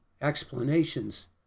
explanations